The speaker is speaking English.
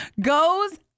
goes